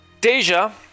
Deja